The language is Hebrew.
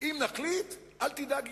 אם נחליט, אל תדאג.